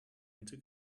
into